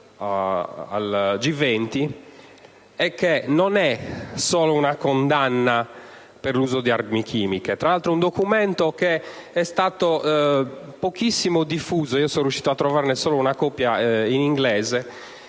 un documento che è stato pochissimo diffuso. Sono riuscito a trovarne soltanto una copia in inglese